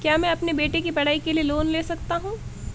क्या मैं अपने बेटे की पढ़ाई के लिए लोंन ले सकता हूं?